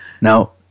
Now